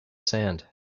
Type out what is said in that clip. sand